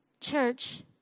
Church